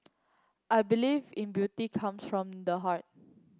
I believe in beauty comes from the heart